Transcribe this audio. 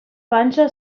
panxa